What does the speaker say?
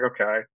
Okay